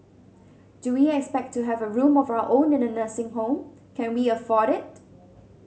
do we expect to have a room of our own in a nursing home and can we afford it